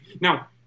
now